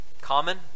Common